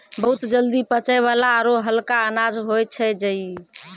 बहुत जल्दी पचै वाला आरो हल्का अनाज होय छै जई